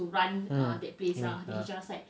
hmm hmm ah